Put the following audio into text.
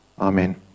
Amen